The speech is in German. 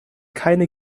keine